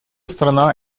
страна